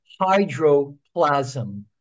hydroplasm